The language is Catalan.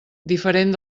diferent